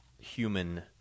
human